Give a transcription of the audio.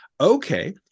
Okay